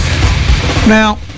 Now